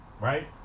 right